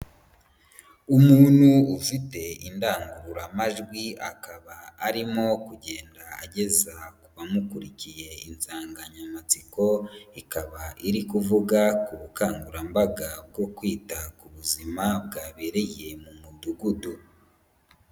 Umuntu ufite indangururamajwi akaba arimo kugenda ageza ku bamukurikiye insanganyamatsiko ikaba iri kuvuga ku bukangurambaga bwo kwita ku buzima bwabereye mu Mudugudu.